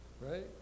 Right